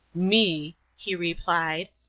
me, he replied,